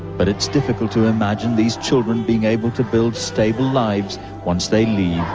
but it's difficult to imagine these children being able to build stable lives once they leave.